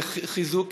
חיזוק